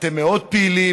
אתם מאוד פעילים,